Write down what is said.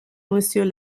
monsieur